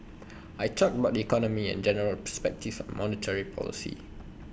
I talked about the economy and general perspectives on monetary policy